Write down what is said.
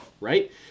right